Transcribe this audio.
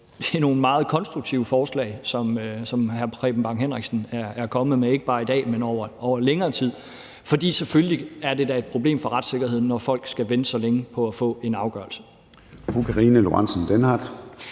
det er nogle meget konstruktive forslag, som hr. Preben Bang Henriksen er kommet med, ikke bare i dag, men over længere tid. For selvfølgelig er det da et problem for retssikkerheden, når folk skal vente så længe på at få en afgørelse.